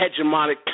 hegemonic